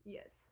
Yes